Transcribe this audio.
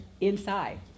inside